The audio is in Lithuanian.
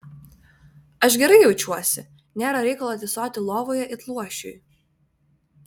aš gerai jaučiuosi nėra reikalo tysoti lovoje it luošiui